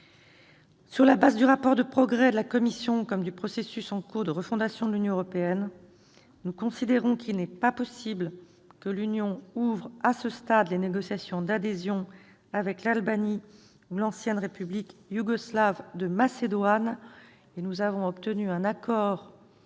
Sur la base du rapport de progrès de la Commission, comme du processus en cours de refondation de l'Union européenne, nous considérons qu'il n'est pas possible que l'Union ouvre, à ce stade, les négociations d'adhésion avec l'Albanie ou l'ancienne République yougoslave de Macédoine, et nous avons obtenu un accord,